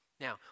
Now